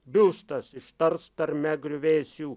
biustas ištars tarme griuvėsių